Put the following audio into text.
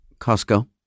Costco